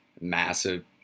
massive